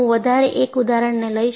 હું વધારે એક ઉદાહરણને લઈશ